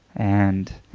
and